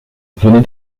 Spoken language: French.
venez